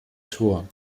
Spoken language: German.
tor